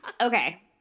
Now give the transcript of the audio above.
okay